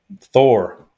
Thor